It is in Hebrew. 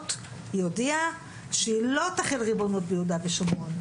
הזאת הודיעה שהיא לא תחיל ריבונות ביהודה ושומרון,